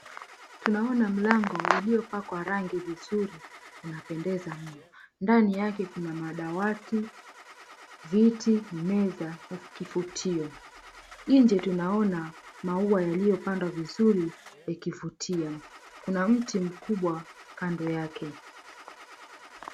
Tuona mlango uliopakwa rangi vizuri unapendeza mno, ndani yake kuna madawati, viti, meza na kifutio. Nje tunaona mau yaliyopandwa vizuri yakivutia, kuna mti mkubwa kando yake.